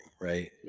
Right